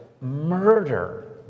murder